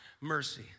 mercy